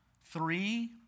three